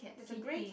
there's a grey cat